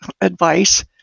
advice